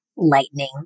Lightning